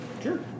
Sure